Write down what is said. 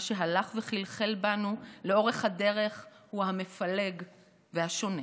מה שהלך וחלחל בנו לאורך הדרך הוא המפלג והשונה: